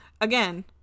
Again